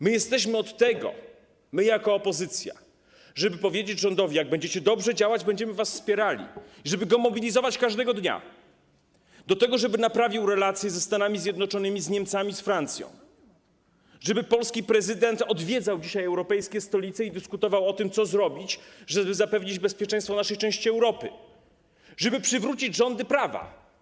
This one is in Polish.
My jesteśmy od tego, my jako opozycja, żeby powiedzieć rządowi: jak będziecie dobrze działać, będziemy was wspierali, i żeby go mobilizować każdego dnia do tego, żeby naprawił relacje ze Stanami Zjednoczonymi, z Niemcami, z Francją, żeby polski prezydent odwiedzał dzisiaj europejskie stolice i dyskutował o tym, co zrobić, żeby zapewnić bezpieczeństwo naszej części Europy, żeby przywrócić rządy prawa.